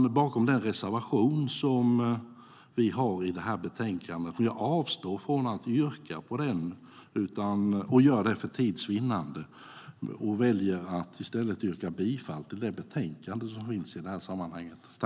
Jag står bakom vår reservation i betänkandet, och för tids vinnande avstår jag från att yrka bifall till reservationen. I stället väljer jag att yrka bifall till förslaget i betänkandet.